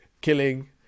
Killing